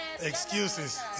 excuses